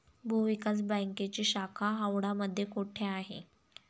भूविकास बँकेची शाखा हावडा मध्ये कोठे आहे?